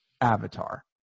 avatar